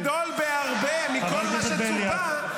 -- שהיה גדול בהרבה מכל מה שצופה,